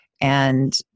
And-